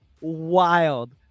Wild